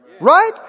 Right